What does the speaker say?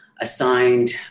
assigned